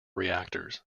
reactors